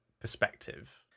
perspective